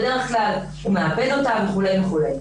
בדרך כלל הוא מעבד אותה וכולי וכולי.